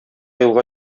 юлга